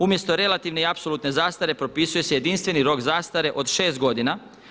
Umjesto relativne i apsolutne zastare propisuje se jedinstveni rok zastare od šest godina.